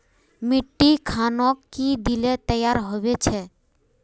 मिट्टी खानोक की दिले तैयार होबे छै?